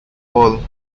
paul